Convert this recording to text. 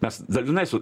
mes dalinai su